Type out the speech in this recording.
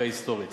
חקיקה היסטורית,